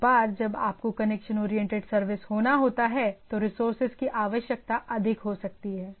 एक बार जब आपको कनेक्शन ओरिएंटेड सर्विस होना होता है तो रिसोर्सेज की आवश्यकता अधिक हो सकती है